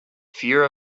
fear